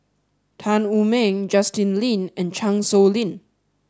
Tan Wu Meng Justin Lean and Chan Sow Lin